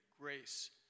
grace